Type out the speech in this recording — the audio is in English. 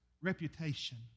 reputation